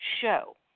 show